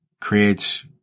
creates